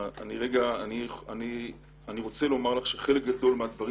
אני רוצה לומר לך שחלק גדול מהדברים